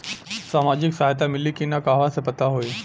सामाजिक सहायता मिली कि ना कहवा से पता होयी?